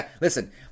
Listen